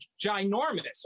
ginormous